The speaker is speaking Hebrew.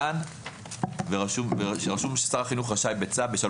רשום ששר החינוך רשאי בצו.